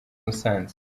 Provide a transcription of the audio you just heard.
musanze